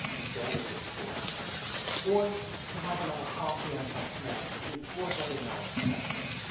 it barely fits four or to have another coffee and some snacks before heading out on that trip.